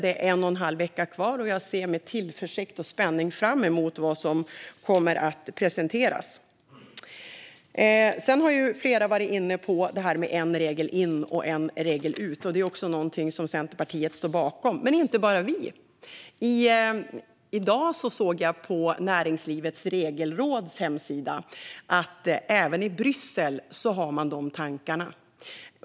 Det är en vecka kvar, och jag ser med tillförsikt och spänning fram emot vad som kommer att presenteras. Flera har varit inne på detta med en regel in, en regel ut. Det är något som Centerpartiet står bakom men inte bara vi. I dag såg jag på Näringslivets regelnämnds hemsida att man har de tankarna även i Bryssel.